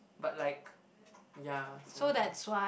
but like ya